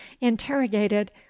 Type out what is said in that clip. interrogated